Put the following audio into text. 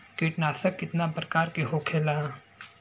कीटनाशक कितना प्रकार के होखेला?